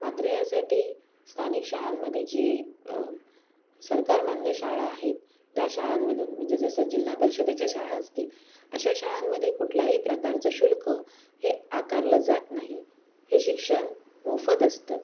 मात्र यासाठी स्थानिक शाळांमध्ये जे सरकारमान्य शाळा आहेत त्या शाळांमध्ये म्हणजे जसं जिल्हा परिषदेच्या शाळा असतील अशा शाळांमध्ये कुठल्याही प्रकारचं शुल्क हे आकारलं जात नाही हे शिक्षण मोफत असतं